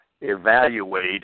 evaluate